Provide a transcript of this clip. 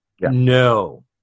No